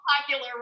popular